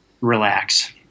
relax